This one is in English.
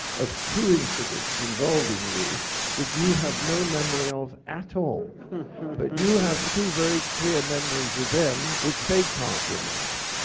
of two incidents involving you that you have no memory of at all. but you have two very clear memories of them, which they can't remember.